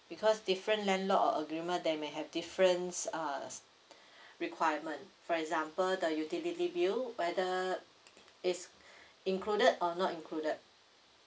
because different landlord or agreement they may have different uh requirement for example the utility bill whether is included or not included